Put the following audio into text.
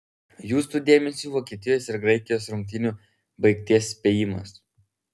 jūsų dėmesiui vokietijos ir graikijos rungtynių baigties spėjimas